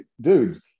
dude